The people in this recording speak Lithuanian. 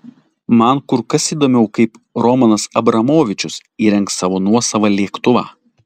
man kur kas įdomiau kaip romanas abramovičius įrengs savo nuosavą lėktuvą